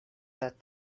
that